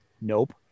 nope